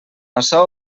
açò